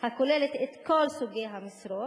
הכוללת את כל סוגי המשרות.